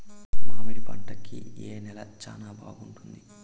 మామిడి పంట కి ఏ నేల చానా బాగుంటుంది